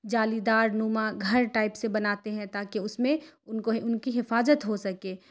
جالی دار نما گھر ٹائپ سے بناتے ہیں تاکہ اس میں ان کو ان کی حفاجت ہو سکے